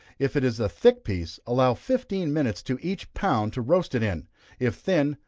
if it is a thick piece, allow fifteen minutes to each pound to roast it in if thin,